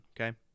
okay